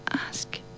ask